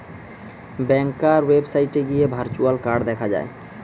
ব্যাংকার ওয়েবসাইটে গিয়ে virtual card দেখা যায়